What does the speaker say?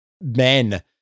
men